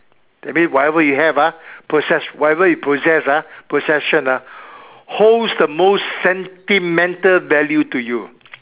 that mean whatever you have ah possess~ whatever you possess ah possession ah holds the most sentimental value to you